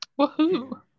Woohoo